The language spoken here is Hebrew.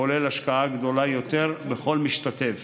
הכוללת השקעה גדולה יותר בכל משתתף